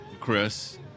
Chris